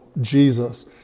Jesus